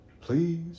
Please